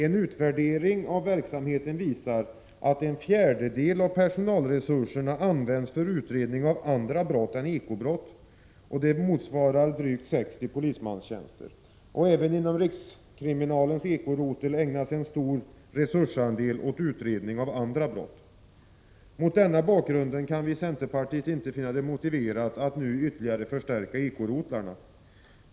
En utvärdering av verksamheten visar att en fjärdedel av personalresurserna används för utredning av andra brott än ekobrott, vilket motsvarar drygt 60 polismanstjänster. Även inom rikskriminalens ekorotel ägnas en stor resursandel åt utredning av andra brott. Mot denna bakgrund kan vi i centerpartiet inte finna det motiverat att nu ytterligare förstärka ekorotlarna.